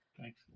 thanks